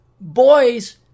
boys